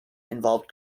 involved